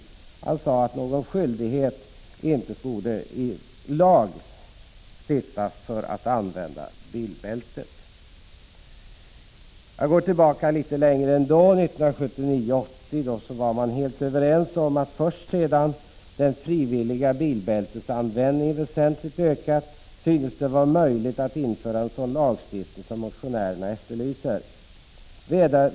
Kommunikationsministern sade vidare att skyldighet att använda bilbältet i baksätet inte borde stiftas i lag. Jag går tillbaka litet längre ändå. 1979-1980 var man helt överens om följande: ”Först sedan den frivilliga bilbältesanvändningen väsentligt ökat synes det vara möjligt att införa sådan lagstiftning som motionären efterlyser.